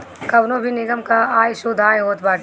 कवनो भी निगम कअ आय शुद्ध आय होत बाटे